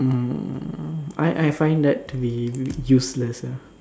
mm I I find that be useless ah